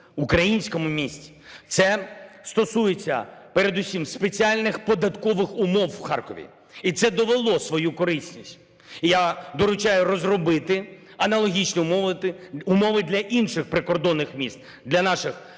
українському місті. Це стосується передусім спеціальних податкових умов у Харкові. І це довело свою корисність. Я доручаю розробити аналогічні умови для інших прикордонних міст, для наших